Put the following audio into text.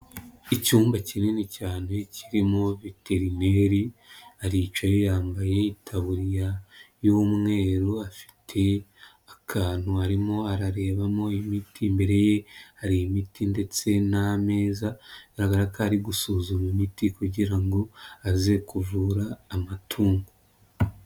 Icyumba kinini cyane kirimo viterineri, aricaye yambaye itaburiya y'umweru, afite akantu arimo ararebamo imiti, imbere ye hari imiti ndetse n'ameza, biragaragara ko ari gusuzuma imiti kugirango aze kuvura amatungo.